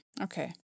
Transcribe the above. okay